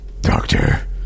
Doctor